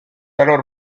alors